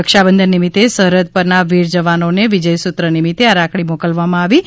રક્ષાબંધન નિમિત્તે સરહદ પરનાં વીરજવાનોને વિજયસૂત્ર નિમિત્તે આ રાખડી મોકલવામાં આવે છે